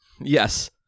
Yes